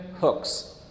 hooks